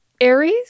Aries